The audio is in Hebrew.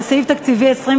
לסעיף תקציבי 23,